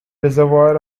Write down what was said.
reservoir